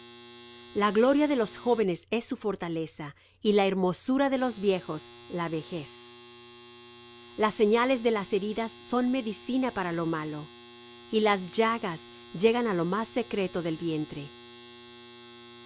la gloria de los jóvenes es su fortaleza y la hermosura de los viejos la vejez las señales de las heridas son medicina para lo malo y las llagas llegan á lo más secreto del vientre